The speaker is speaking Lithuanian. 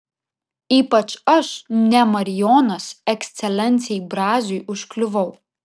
ypač aš ne marijonas ekscelencijai braziui užkliuvau